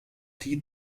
die